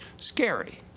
scary